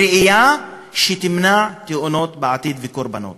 ראייה שתמנע תאונות וקורבנות